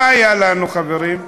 מה היה לנו, חברים?